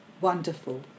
Wonderful